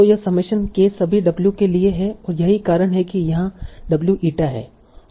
तो यह summation k सभी w के लिए है और यही कारण है कि यहाँ w ईटा है